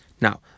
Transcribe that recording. Now